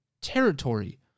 territory